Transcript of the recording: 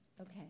Okay